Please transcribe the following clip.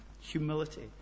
Humility